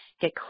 get